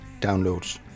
Downloads